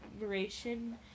admiration